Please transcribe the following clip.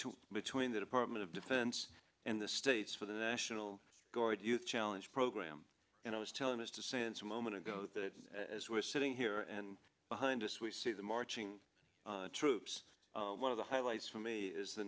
to between the department of defense in the states for the national guard you challenge program and i was telling this to say it's a moment ago that as we're sitting here and behind us we see the marching troops one of the highlights for me is the